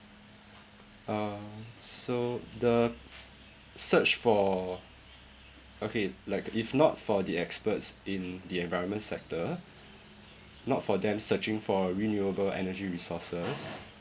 uh so the search for okay like if not for the experts in the environment sector not for them searching for renewable energy resources